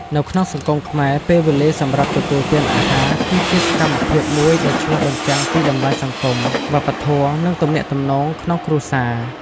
នៅក្នុងសង្គមខ្មែរ ពេលវេលាសម្រាប់ទទួលទានអាហារ គឹជាសកម្មភាពមួយដែលឆ្លុះបញ្ចាំងពីតម្លៃសង្គម វប្បធម៌ និងទំនាក់ទំនងក្នុងគ្រួសារ។